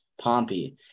pompey